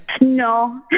No